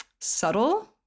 subtle